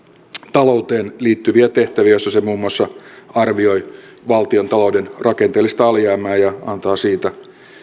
talouteen liittyviä tehtäviä joissa se muun muassa arvioi valtiontalouden rakenteellista alijäämää ja antaa siitä